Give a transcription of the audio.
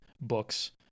books